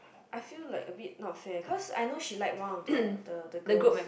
I feel like a bit not fair cause I know she like one of the the the girls